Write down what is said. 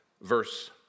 verse